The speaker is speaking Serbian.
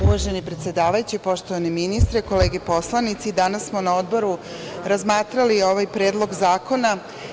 Uvaženi predsedavajući, poštovani ministre, kolege poslanici, danas smo na Odboru razmatrali ovaj Predlog zakona.